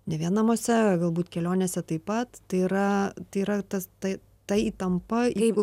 ne vien namuose galbūt kelionėse taip pat tai yra tai yra tas tai ta įtampa jeigu